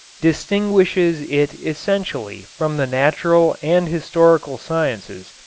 distinguishes it essentially from the natural and historical sciences.